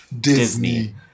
Disney